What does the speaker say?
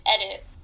edit